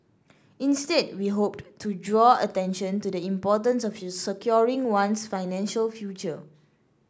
instead we hoped to draw attention to the importance of securing one's financial future